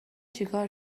چیکار